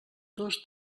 dos